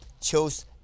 chose